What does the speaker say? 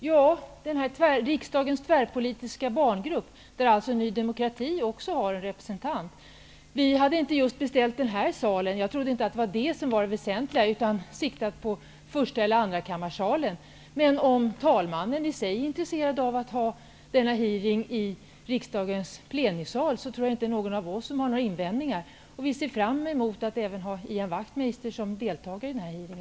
Herr talman! I riksdagens tvärpolitiska barngrupp finns också Ny demokrati representerat. Vi hade inte just bestämt den här salen. Jag trodde inte att det var det som var det väsentliga. Vi hade siktat på förstakammarsalen eller andrakammarsalen. Men om talmannen är intresserad av att ha denna hearing i riksdagens plenisal, tror jag inte att det är någon av oss som har några invändningar. Vi ser fram emot att ha även Ian Wachtmeister som deltagare i denna hearing.